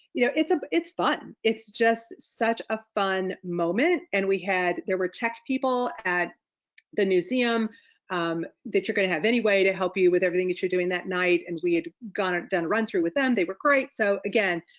you know it's ah it's fun. it's just such a fun moment and we had there were tech people at the newseum um that you're gonna have any way to help you with everything that you're doing that night and we gone and done run through with them, they were great. so again,